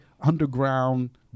underground